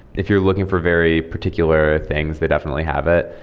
if you're looking for very particular things, they definitely have it.